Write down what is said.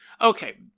okay